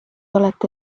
olete